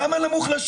למה על המוחלשים?